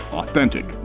authentic